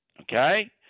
Okay